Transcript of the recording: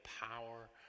power